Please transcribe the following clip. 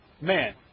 Man